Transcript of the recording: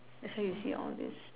that's why you see all these